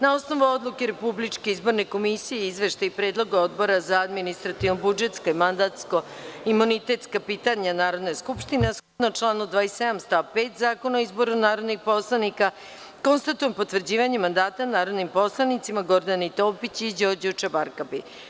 Na osnovu Odluke Republičke izborne komisije i Izveštaja i predloga Odbora za administrativno-budžetska i mandatno-imunitetska pitanja Narodne skupštine, a shodno članu 27. stav 5. Zakona o izboru narodnih poslanika, konstatujem potvrđivanje mandata narodnim poslanicima Gordani Topić i Đorđu Čabarkapi.